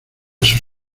sus